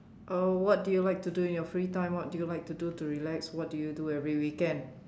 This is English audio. uh what do you like to do in your free time what do you like to do to relax what do you do every weekend